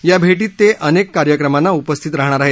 या भेटीत ते अनेक कार्यक्रमांना उपस्थित राहणार आहेत